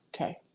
Okay